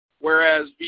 whereas